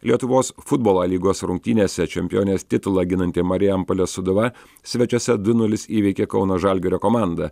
lietuvos futbolo a lygos rungtynėse čempionės titulą ginanti marijampolės sūduva svečiuose du nulis įveikė kauno žalgirio komandą